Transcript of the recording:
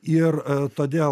ir todėl